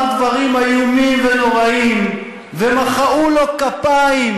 דברים איומים ונוראים ומחאו לו כפיים.